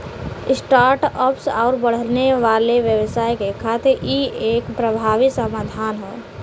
start ups आउर बढ़ने वाले व्यवसाय के खातिर इ एक प्रभावी समाधान हौ